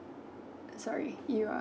sorry you are